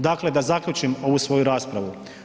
Dakle, da zaključim ovu svoju raspravu.